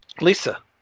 Lisa